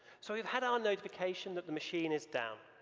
so we've had our notification that the machine is down.